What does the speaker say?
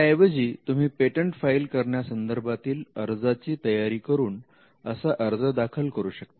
त्याऐवजी तुम्ही patent file करण्यासंदर्भातील अर्जाची तयारी करून असा अर्ज दाखल करू शकता